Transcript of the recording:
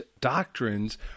doctrines